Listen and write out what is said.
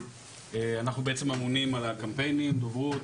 אנחנו בעצם אמונים על הקמפיינים, דוברות,